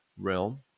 realm